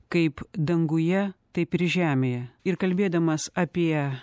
kaip danguje taip ir žemėje ir kalbėdamas apie